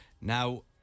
Now